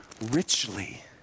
richly